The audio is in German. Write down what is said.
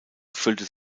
füllte